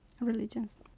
religions